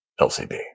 LCB